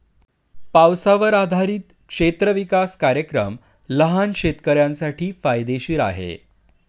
पावसावर आधारित क्षेत्र विकास कार्यक्रम लहान शेतकऱ्यांसाठी फायदेशीर आहे